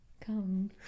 come